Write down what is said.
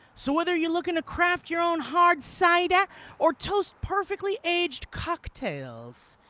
so whether you're looking to craft your own hard cider or toast perfectly aged cocktails,